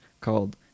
called